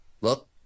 look